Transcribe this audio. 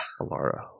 Alara